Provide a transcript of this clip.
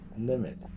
limit